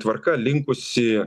tvarka linkusi